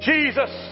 Jesus